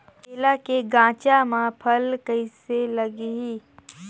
केला के गचा मां फल जल्दी कइसे लगही?